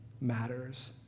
matters